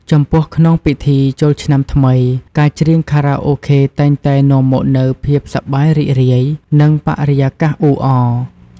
ចំពោះ ក្នុងពិធីចូលឆ្នាំថ្មី ការច្រៀងខារ៉ាអូខេតែងតែនាំមកនូវភាពសប្បាយរីករាយ និងបរិយាកាសអ៊ូអរ។